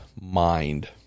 mind